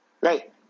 right